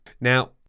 Now